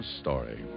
story